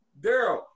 Daryl